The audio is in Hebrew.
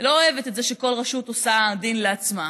לא אוהבת את זה שכל רשות עושה דין לעצמה,